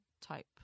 type